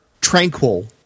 tranquil